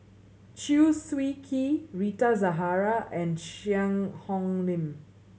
Chew Swee Kee Rita Zahara and Cheang Hong Lim